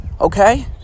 okay